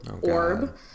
orb